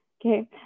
Okay